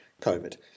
COVID